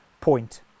point